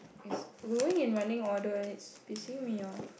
yes we'll go in running order and it's pissing me off